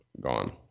Gone